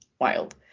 wild